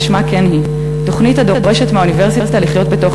כשמה כן היא: תוכנית הדורשת מהאוניברסיטה לחיות בתוך